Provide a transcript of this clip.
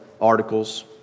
articles